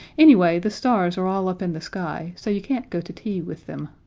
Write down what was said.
anyway, the stars are all up in the sky, so you can't go to tea with them.